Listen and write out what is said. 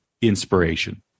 inspiration